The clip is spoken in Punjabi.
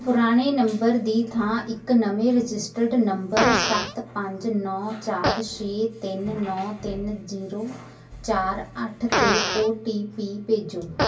ਪੁਰਾਣੇ ਨੰਬਰ ਦੀ ਥਾਂ ਇੱਕ ਨਵੇਂ ਰਜਿਸਟਰਡ ਨੰਬਰ ਸੱਤ ਪੰਜ ਨੌਂ ਚਾਰ ਛੇ ਤਿੰਨ ਨੌਂ ਤਿੰਨ ਜ਼ੀਰੋ ਚਾਰ ਅੱਠ 'ਤੇ ਓ ਟੀ ਪੀ ਭੇਜੋ